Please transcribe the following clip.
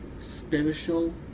spiritual